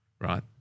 right